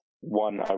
one